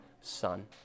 son